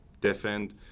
defend